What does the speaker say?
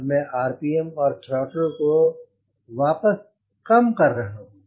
अब मैं आरपीएम और थ्रोटल को वापस काम कर रहा हूँ